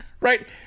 right